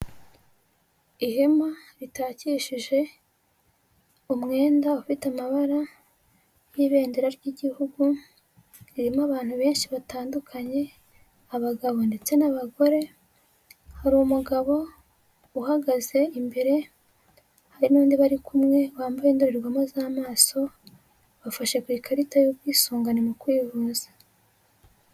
Ihema ritakishije umwenda ufite amabara y'ibendera ry'igihugu, ririmo abantu benshi batandukanye, abagabo ndetse n'abagore, hari umugabo uhagaze, imbere hari n'undi bari kumwe wambaye indorerwamo z'amaso, bafashe ku ikarita y'ubwisungane mu kwivuza.